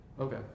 Okay